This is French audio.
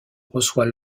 reçoit